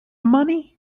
money